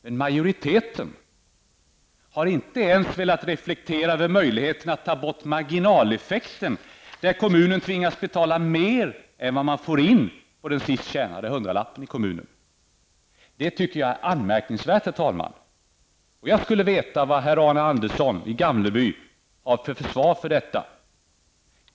Men majoriteten har inte ens velat reflektera över möjligheten att ta bort marginaleffekten, där kommunen tvingas betala mer än vad man får in på den sist tjänade hundralappen i kommunen. Detta tycker jag är anmärkningsvärt, herr talman! Jag skulle vilja veta vad herr Arne Andersson i Gamleby har för försvar för detta.